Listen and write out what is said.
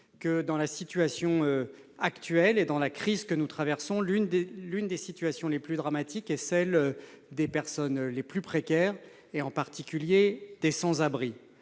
Chacun sait ici que, dans la crise que nous traversons, l'une des situations les plus dramatiques est celle des personnes les plus précaires, en particulier les sans-abri.